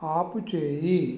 ఆపుచేయి